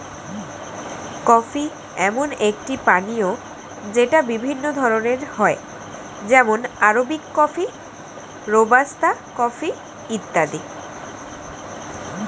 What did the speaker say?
coffee এমন একটি পানীয় যেটা বিভিন্ন ধরণের হয় যেমন আরবিক কফি, রোবাস্তা কফি ইত্যাদি